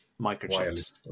microchips